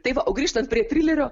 tai va o grįžtant prie trilerio